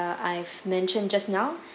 uh I've mentioned just now